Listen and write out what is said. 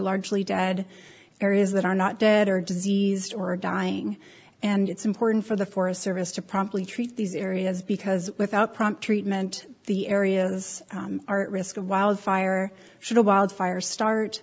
largely dead areas that are not dead or diseased or a dying and it's important for the forest service to promptly treat these areas because without prompt treatment the areas are at risk of wildfire should a wildfire start